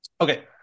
Okay